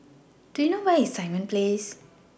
Do YOU know Where IS Simon Place